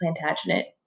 Plantagenet